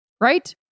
right